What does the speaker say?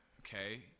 okay